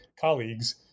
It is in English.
colleagues